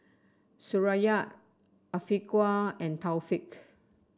Suraya Afiqah and Taufik